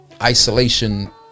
isolation